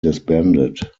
disbanded